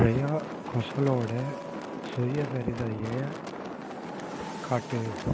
ஸ்ரேயா கோஷலோட சுயசரிதையை காட்டு